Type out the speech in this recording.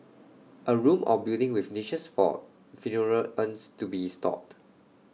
A room or building with niches for funeral urns to be stored